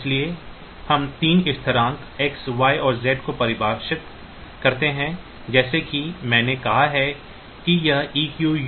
इसलिए हम 3 स्थिरांक X Y और Z को परिभाषित करते हैं और जैसा कि मैंने कहा कि यह EQU बराबर है